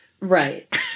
Right